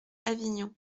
avignon